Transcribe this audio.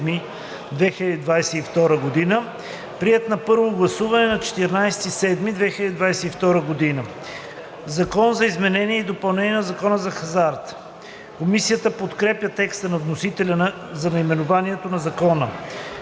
2022 г., приет на първо гласуване на 14 юли 2022 г. „Закон за изменение и допълнение на Закона за хазарта“.“ Комисията подкрепя текста на вносителя за наименованието на Закона.